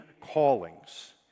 callings